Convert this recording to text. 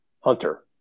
hunter